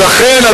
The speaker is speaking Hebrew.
אז לכן,